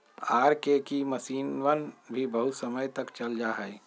R K K मक्षिणवन भी बहुत समय तक चल जाहई